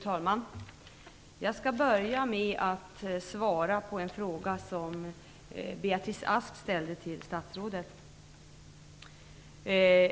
Fru talman! Jag skall börja med att svara på en fråga som Beatrice Ask ställde till statsrådet.